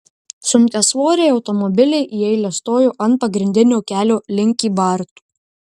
sunkiasvoriai automobiliai į eilę stojo ant pagrindinio kelio link kybartų